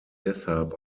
deshalb